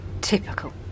Typical